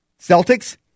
Celtics